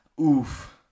oof